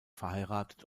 verheiratet